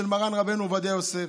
מרן רבנו עובדיה יוסף,